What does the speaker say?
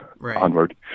onward